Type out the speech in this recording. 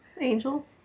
Angel